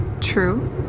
True